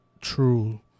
true